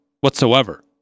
whatsoever